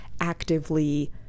actively